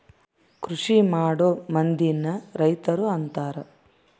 ಕೃಷಿಮಾಡೊ ಮಂದಿನ ರೈತರು ಅಂತಾರ